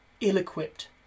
ill-equipped